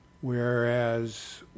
Whereas